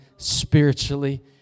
spiritually